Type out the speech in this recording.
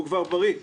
הוא כבר בריא.